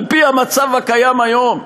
על-פי המצב הקיים היום,